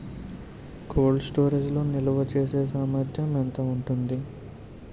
Cold storage లో నిల్వచేసేసామర్థ్యం ఎంత ఉంటుంది?